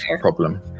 problem